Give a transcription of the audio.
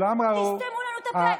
תסתמו לנו את הפה.